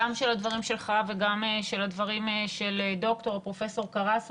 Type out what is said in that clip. גם של הדברים שלך וגם של הדברים של פרופ' קרסיק,